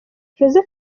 jose